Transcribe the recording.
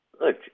Look